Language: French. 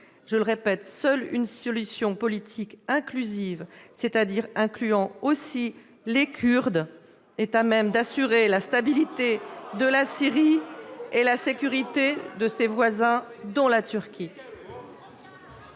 Je le répète, seule une solution politique inclusive, c'est-à-dire incluant aussi les Kurdes, ... Quelle honte !... est à même d'assurer la stabilité de la Syrie et la sécurité de ses voisins, dont la Turquie.